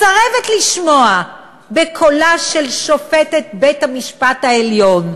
מסרבת לשמוע בקולה של שופטת בית-המשפט העליון,